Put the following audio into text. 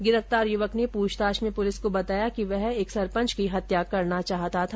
गिरफ्तार युवक ने पूछताछ में पुलिस को बताया कि वह एक सरपंच की हत्या करना चाहता था